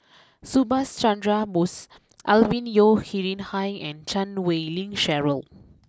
Subhas Chandra Bose Alvin Yeo Khirn Hai and Chan Wei Ling Cheryl